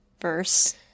verse